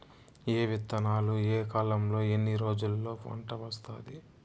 ఏ విత్తనాలు ఏ కాలంలో ఎన్ని రోజుల్లో పంట వస్తాది?